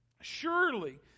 Surely